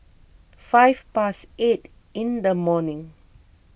five past eight in the morning